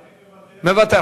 אני מוותר.